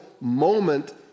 moment